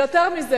ויותר מזה,